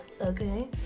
okay